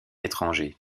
étranger